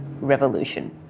Revolution